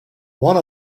one